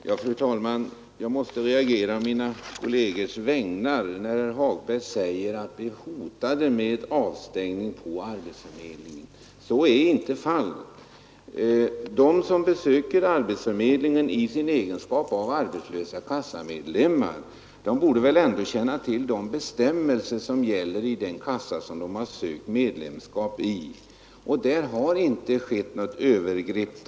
Fru talman! Jag måste reagera på mina kollegers vägnar, när herr Hagberg säger att det hotas med avstängning på arbetsförmedlingen. Så är inte fallet. De som besöker arbetsförmedlingen i sin egenskap av arbetslösa kassamedlemmar borde väl ändå känna till de bestämmelser som gäller i den kassa de sökt medlemskap i. Det har inte skett något övergrepp.